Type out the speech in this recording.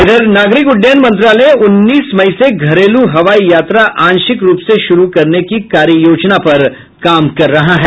उधर नागरिक उड्डयन मंत्रालय उन्नीस मई से घरेलू हवाई यात्रा आंशिक रूप से शुरू करने की कार्ययोजना पर काम कर रहा है